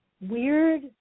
weird